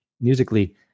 musically